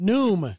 Noom